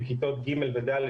בכיתות ג' ו-ד',